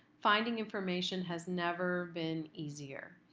finding information has never been easier.